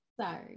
Sorry